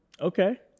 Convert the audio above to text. Okay